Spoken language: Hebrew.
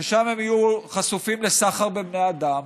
ושם הם יהיו חשופים לסחר בבני אדם,